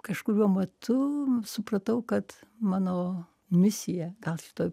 kažkuriuo metu supratau kad mano misija gal šitoj